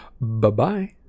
Bye-bye